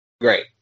great